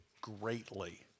greatly